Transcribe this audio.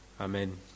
Amen